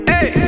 Hey